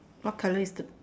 what colour is the